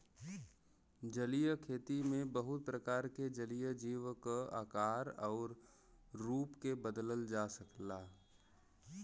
जलीय खेती में बहुत प्रकार के जलीय जीव क आकार आउर रूप के बदलल जा सकला